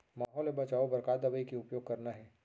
माहो ले बचाओ बर का दवई के उपयोग करना हे?